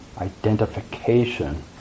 identification